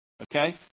Okay